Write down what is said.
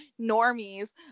normies